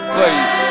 Please